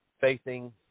facing